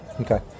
Okay